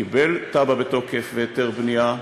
הוא קיבל תב"ע בתוקף והיתר בנייה.